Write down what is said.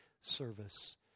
service